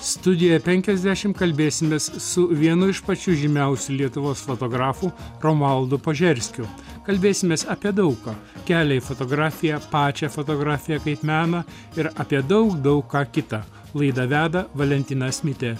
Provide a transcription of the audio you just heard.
studijoje penkiasdešimt kalbėsimės su vienu iš pačių žymiausių lietuvos fotografų romualdu požerskiu kalbėsimės apie daug ką kelią į fotografiją pačią fotografiją kaip meną ir apie daug daug ką kitą laidą veda valentinas mitė